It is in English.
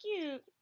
cute